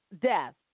death